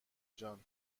جان